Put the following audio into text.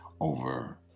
over